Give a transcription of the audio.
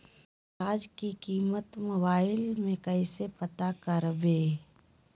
प्याज की कीमत मोबाइल में कैसे पता करबै?